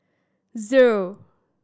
zero